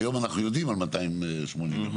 היום אנחנו יודעים על 280 משפחות.